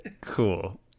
Cool